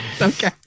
okay